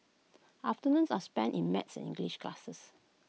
afternoons are spent in maths and English classes